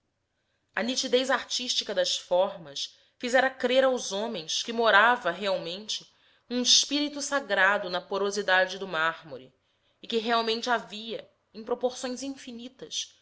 a nitidez artística das formas fizera crer aos homens que morava realmente um espírito sagrado na porosidade do mármore e que realmente havia em proporções infinitas